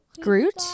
Groot